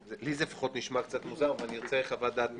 זה נשמע מוזר, וארצה חוות דעת משפטית.